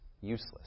useless